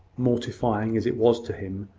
mortifying as it was to him,